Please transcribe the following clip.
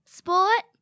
sport